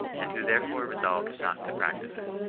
and who therefore re solved not to practise it.